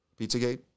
Pizzagate